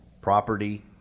property